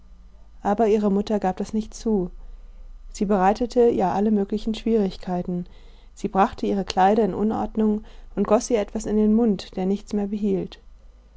aber ihre mutter gab das nicht zu sie bereitete ihr alle möglichen schwierigkeiten sie brachte ihre kleider in unordnung und goß ihr etwas in den mund der nichts mehr behielt